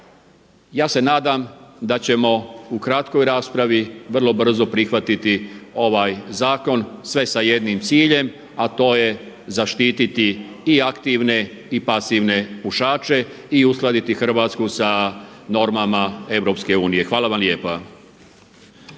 Ja se nadam da ćemo u kratkoj raspravi vrlo brzo prihvatiti ovaj zakon sve sa jednim ciljem a to je zaštiti i aktivne i pasivne pušaće i uskladiti Hrvatsku sa normama EU. Hvala vam lijepa.